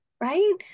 right